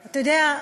אתה יודע,